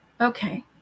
Okay